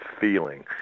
feeling